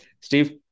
Steve